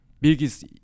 biggest